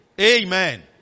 Amen